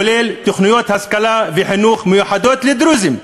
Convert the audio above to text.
כולל תוכניות השכלה וחינוך מיוחדות לדרוזים: